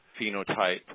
phenotype